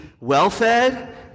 well-fed